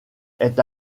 est